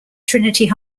trinity